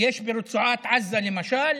יש ברצועת עזה, למשל,